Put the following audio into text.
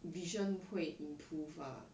vision 会 improve ah